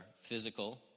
physical